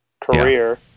career